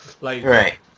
Right